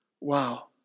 Wow